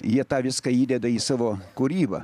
jie tą viską įdeda į savo kūrybą